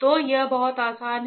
तो यह बहुत आसान है